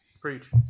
Preach